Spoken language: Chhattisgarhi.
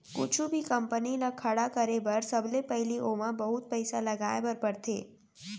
कुछु भी कंपनी ल खड़ा करे बर सबले पहिली ओमा बहुत पइसा लगाए बर परथे